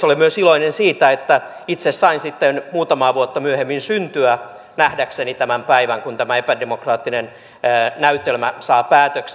olen myös iloinen siitä että itse sain sitten muutamaa vuotta myöhemmin syntyä nähdäkseni tämän päivän kun tämä epädemokraattinen näytelmä saa päätöksen